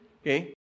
okay